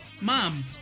mom